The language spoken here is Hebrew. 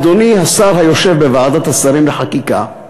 אדוני השר היושב בוועדת השרים לחקיקה,